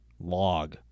log